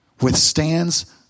withstands